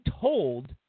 told